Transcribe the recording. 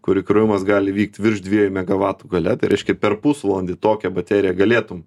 kur įkrovimas gali vykt virš dviejų megavatų galia tai reiškia per pusvalandį tokią bateriją galėtum